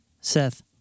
Seth